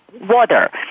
water